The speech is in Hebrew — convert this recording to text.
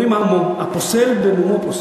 אומרים: הפוסל, במומו פוסל.